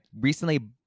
recently